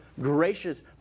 gracious